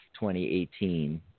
2018